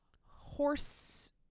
horse